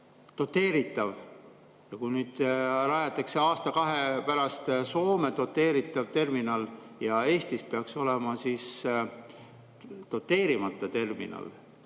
doteeritav, ja kui nüüd rajatakse aasta-kahe pärast Soome doteeritav terminal ja Eestis peaks olema doteerimata terminal,